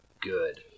good